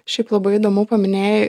šiaip labai įdomu paminėjai